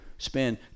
Spend